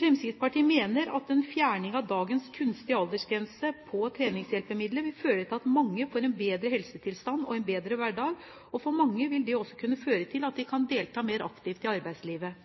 Fremskrittspartiet mener at en fjerning av dagens kunstige aldersgrense på treningshjelpemidler vil føre til at mange får en bedre helsetilstand og en bedre hverdag, og for mange vil det også kunne føre til at de kan delta mer aktivt i arbeidslivet.